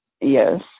yes